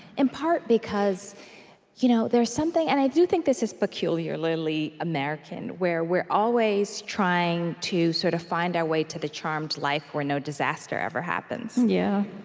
in part because you know there's something and i do think this is peculiarly american, where we're always trying to sort of find our way to the charmed life where no disaster ever happens yeah